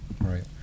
right